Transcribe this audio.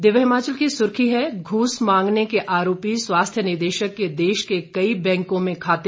दिव्य हिमाचल की सुर्खी है घूस मांगने के आरोपी स्वास्थ्य निदेशक के देश के कई बैंकों में खाते